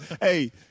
Hey